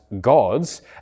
gods